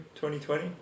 2020